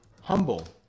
Humble